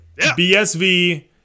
bsv